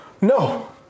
No